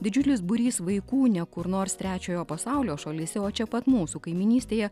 didžiulis būrys vaikų ne kur nors trečiojo pasaulio šalyse o čia pat mūsų kaimynystėje